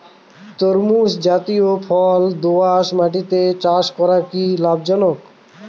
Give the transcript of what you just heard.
তরমুজ জাতিয় ফল দোঁয়াশ মাটিতে চাষ করা কি লাভজনক?